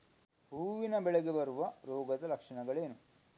ಹೂವಿನ ಬೆಳೆಗೆ ಬರುವ ರೋಗದ ಲಕ್ಷಣಗಳೇನು?